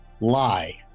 lie